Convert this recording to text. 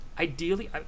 Ideally